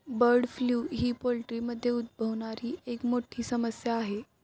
bird flu ही पोल्ट्रीमध्ये उद्भवणारी एक मोठी समस्या आहे